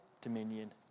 dominion